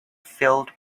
filled